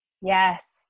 yes